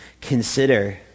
consider